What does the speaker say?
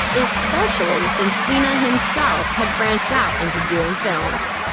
especially since cena himself had branched out into doing films.